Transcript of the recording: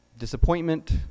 Disappointment